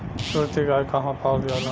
सुरती गाय कहवा पावल जाला?